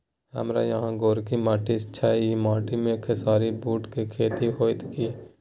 हमारा यहाँ गोरकी माटी छै ई माटी में खेसारी, बूट के खेती हौते की?